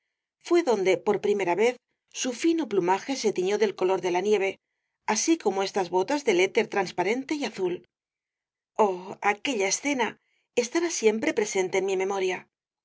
en donde por primera vez su fino plumaje se tiñó del color de la nieve así como estas botas del éter transparente y azul oh aquella escena estará siempre presente en mi memoria